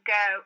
go